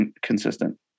consistent